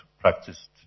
practiced